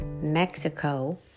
Mexico